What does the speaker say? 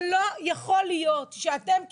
אבל לא יכול להיות שאתם כחברה,